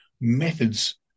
methods